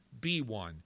B1